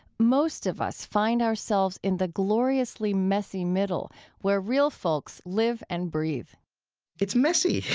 most of us find ourselves in the gloriously messy middle where real folks live and breathe it's messy.